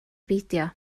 beidio